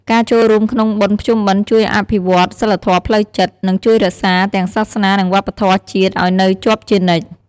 ការចូលរួមក្នុងបុណ្យភ្ជុំបិណ្ឌជួយអភិវឌ្ឍសីលធម៌ផ្លូវចិត្ត និងជួយរក្សា ទាំងសាសនានិងវប្បធម៌ជាតិឲ្យនៅជាប់ជានិច្ច។